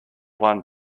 play